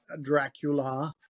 Dracula